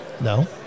No